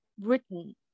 written